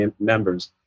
members